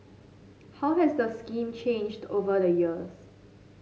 how has the scheme changed over the years